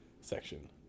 section